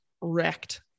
wrecked